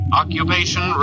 occupation